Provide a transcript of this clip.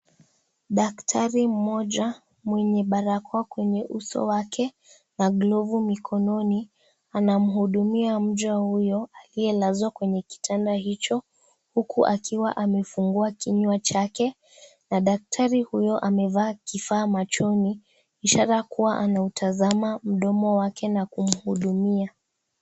Daktari mmoja mwenye barakoa kwenye uso wake, na glovu mkononi, anamhudumia mja huyo aliyelazwa kwenye kitanda hicho, huku akiwa amefungua kinywa chake, na daktari huyo amevaa kifaa machoni, ishara kuwa anatazama mdomo wake na kumhudumia.